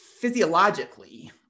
physiologically